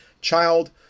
child